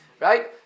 Right